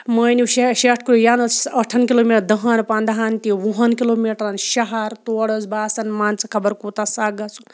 مٲنِو شےٚ شیٹھکُے یَنہٕ حظ ٲٹھَن کلوٗمیٖٹر دَہَن پنٛدہَن تہِ وُہَن کِلوٗمیٖٹرَن شہر تور اوس باسان مان ژٕ خبر کوٗتاہ سکھ گژھُن